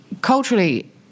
culturally